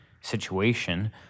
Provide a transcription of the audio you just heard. situation